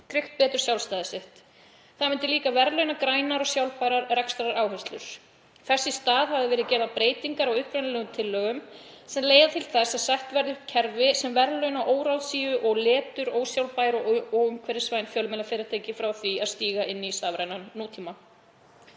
Tryggt betur sjálfstæði sitt. Það myndi líka verðlauna grænar og sjálfbærar rekstraráherslur. Þess í stað hafa verið gerðar breytingar á upprunalegum tillögum sem leiða til þess að sett verði upp kerfi sem verðlaunar óráðsíu og letur ósjálfbær og óumhverfisvæn fjölmiðlafyrirtæki frá því að stíga inn í stafrænan nútímann.“